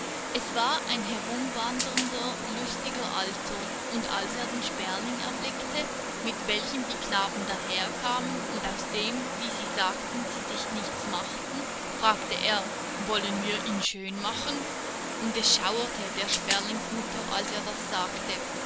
es war ein herumwandernder lustiger alter und als er den sperling erblickte mit welchem die knaben daherkamen und aus dem wie sie sagten sie sich nichts machten fragte er wollen wir ihn schön machen und es schauerte der sperlingsmutter als er das sagte